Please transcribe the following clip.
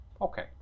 Okay